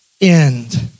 end